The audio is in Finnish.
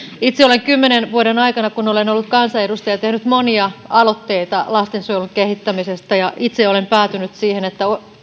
itse olen niiden kymmenen vuoden aikana kun olen ollut kansanedustaja tehnyt monia aloitteita lastensuojelun kehittämisestä ja olen päätynyt siihen että